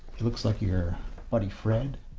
looks like your buddy fred